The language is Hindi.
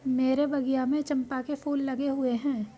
मेरे बगिया में चंपा के फूल लगे हुए हैं